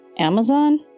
Amazon